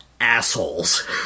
assholes